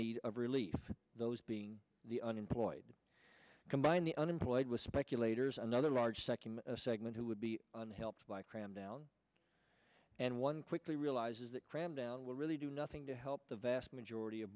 need of relief those being the unemployed combine the unemployed with speculators another large second segment who would be helped by cram down and one quickly realizes that cram down will really do nothing to help the vast majority of